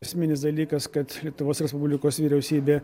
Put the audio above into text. esminis dalykas kad lietuvos respublikos vyriausybė